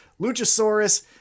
Luchasaurus